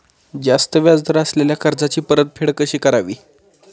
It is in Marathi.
जास्त व्याज दर असलेल्या कर्जाची परतफेड कशी करावी?